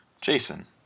Jason